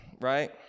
right